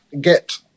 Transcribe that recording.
get